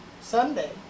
Sunday